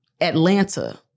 Atlanta